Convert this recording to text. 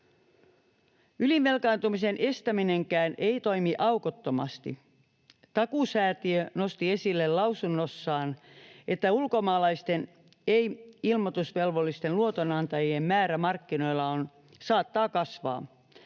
Ylivelkaantumisen estäminenkään ei toimi aukottomasti. Takuusäätiö nosti esille lausunnossaan, että ulkomaalaisten ei-ilmoitusvelvollisten luotonantajien määrä markkinoilla saattaa kasvaa.